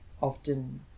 often